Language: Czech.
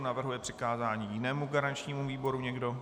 Navrhuje přikázání jinému garančnímu výboru někdo?